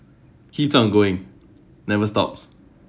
keeps on going never stops